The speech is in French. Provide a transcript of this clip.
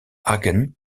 hagen